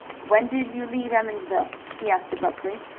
when did you leave emmonsville? he asked abruptly.